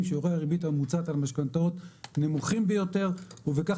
שיעורי הריבית הממוצעת על משכנתאות נמוכים ביותר ובכך